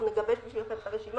אנחנו נגבש בשבילך את הרשימה.